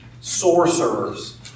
sorcerers